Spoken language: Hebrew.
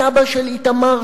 התב"ע של איתמר,